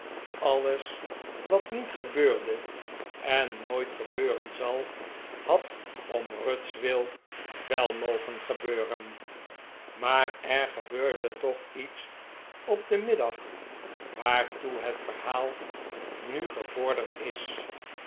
alles wat niet gebeurde en nooit gebeuren zal had om ruth's wil wel mogen gebeuren maar er gebeurde toch iets op den middag waartoe het verhaal nu gevorderd is